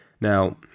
Now